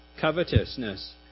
covetousness